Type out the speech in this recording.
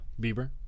Bieber